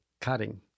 cutting